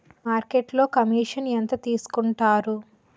మార్కెట్లో కమిషన్ ఎంత తీసుకొంటారు?